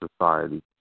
society